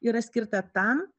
yra skirta tam